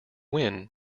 win